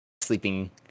sleeping